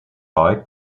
haig